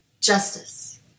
justice